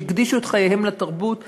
שהקדישו את חייהם לתרבות הישראלית,